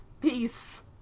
peace